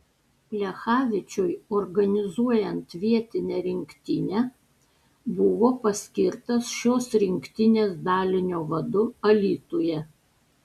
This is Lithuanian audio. plechavičiui organizuojant vietinę rinktinę buvo paskirtas šios rinktinės dalinio vadu alytuje